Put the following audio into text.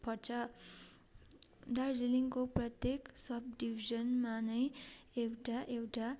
पर्छ दार्जिलिङको प्रत्येक सब डिभिजनमा नै एउटा एउटा